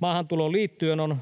Maahantuloon liittyen on